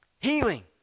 healing